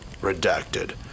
Redacted